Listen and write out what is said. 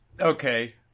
Okay